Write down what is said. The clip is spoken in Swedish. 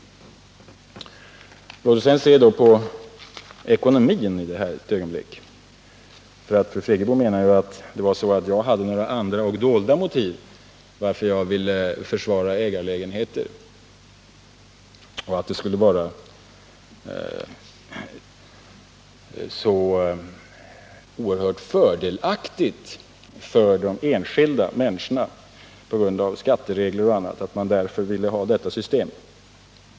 Låt oss sedan ett ögonblick se på ekonomin. Fru Friggebo menade ju att jag hade några andra och dolda motiv till varför jag ville försvara ägarlägenheter. Det skulle vara så oerhört fördelaktigt för de enskilda människorna på grund av skatteregler och annat att ha detta system.